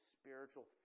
spiritual